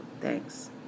Thanks